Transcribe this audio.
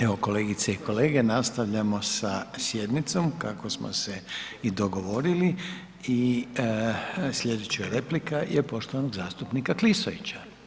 Evo kolegice i kolege nastavljamo sa sjednicom kako smo se i dogovorili i slijedeća replika je poštovanog zastupnika Klisovića.